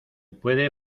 puede